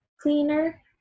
cleaner